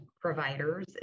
providers